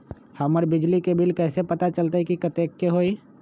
हमर बिजली के बिल कैसे पता चलतै की कतेइक के होई?